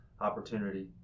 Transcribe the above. opportunity